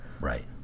Right